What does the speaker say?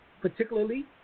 particularly